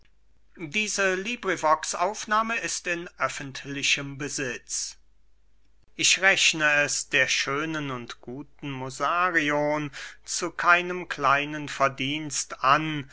xxxiv aristipp an kleonidas ich rechne es der schönen und guten musarion zu keinem kleinen verdienst an